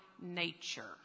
nature